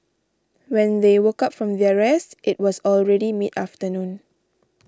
when they woke up from their rest it was already mid afternoon